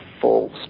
false